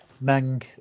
Meng